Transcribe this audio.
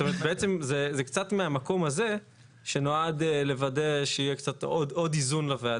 בעצם זה קצת מהמקום הזה שנועד לוודא שיהיה קצת עוד איזון לוועדה,